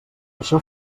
això